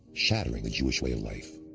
shattering the jewish way of life.